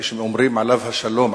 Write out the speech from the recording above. כשאומרים "עליו השלום",